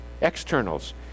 externals